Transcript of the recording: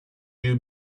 you